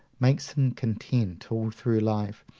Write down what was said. makes him content, all through life,